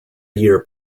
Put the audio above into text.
year